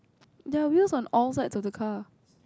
ya wheels on all like to the car